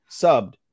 subbed